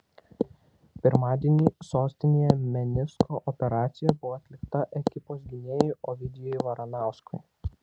pirmadienį sostinėje menisko operacija buvo atlikta ekipos gynėjui ovidijui varanauskui